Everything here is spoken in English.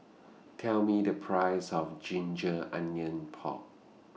Tell Me The Price of Ginger Onions Pork